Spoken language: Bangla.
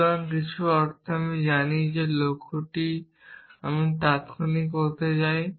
সুতরাং কিছু অর্থে আমি জানি যে লক্ষ্যটি আমি তাত্ক্ষণিক করতে চাই